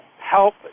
help